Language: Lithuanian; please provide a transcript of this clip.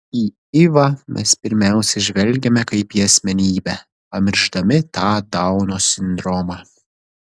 į ivą mes pirmiausia žvelgiame kaip į asmenybę pamiršdami tą dauno sindromą